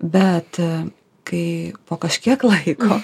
bet kai po kažkiek laiko